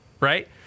right